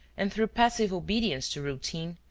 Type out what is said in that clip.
and through passive obedience to routine,